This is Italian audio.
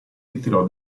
ritirò